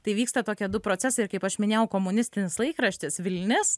tai vyksta tokie du procesai ir kaip aš minėjau komunistinis laikraštis vilnis